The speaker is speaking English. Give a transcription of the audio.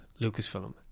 Lucasfilm